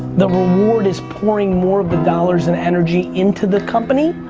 the reward is pouring more of the dollars and energy into the company,